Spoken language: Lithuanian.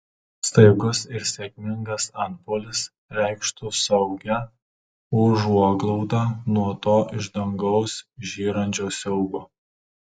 staigus ir sėkmingas antpuolis reikštų saugią užuoglaudą nuo to iš dangaus žyrančio siaubo